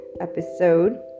episode